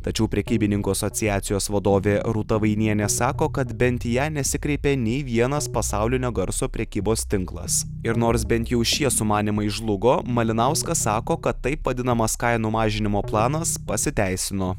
tačiau prekybininkų asociacijos vadovė rūta vainienė sako kad bent į ją nesikreipė nei vienas pasaulinio garso prekybos tinklas ir nors bent jau šie sumanymai žlugo malinauskas sako kad taip vadinamas kainų mažinimo planas pasiteisino